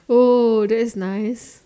oh thats nice